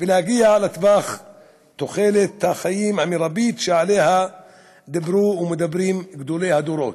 ולהגעה לתוחלת החיים המרבית שעליה דיברו ומדברים גדולי הדורות.